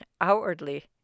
Outwardly